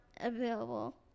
available